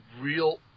real